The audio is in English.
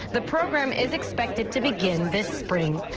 the program is expected to begin this spring.